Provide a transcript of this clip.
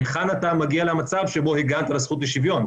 היכן אתה מגיע למצב שבו הגנת על הזכות לשוויון?